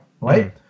right